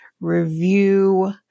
review